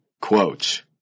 quotes